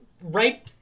right